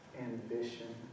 ambition